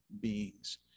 beings